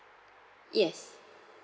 yes